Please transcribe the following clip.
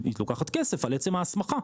היא לוקחת כסף על עצם ההסמכה.